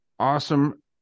Awesome